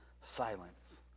silence